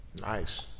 Nice